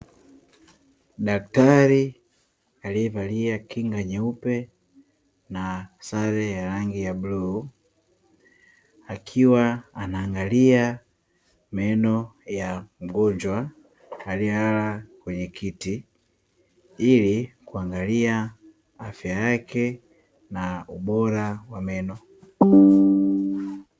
Daktari aliyevalia kinga nyeupe na sare ya rangi ya bluu, akiwa anaangalia meno ya mgonjwa aliyelala kwenye kiti ili kuangalia afya yake na ubora wa meno.